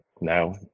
No